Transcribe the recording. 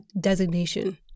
designation